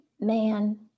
Man